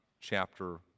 chapter